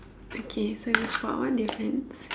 okay so we spot one difference